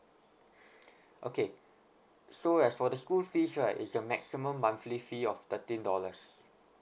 okay so as for the school fees right it's a maximum monthly fee of thirteen dollars